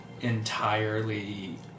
entirely